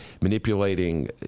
manipulating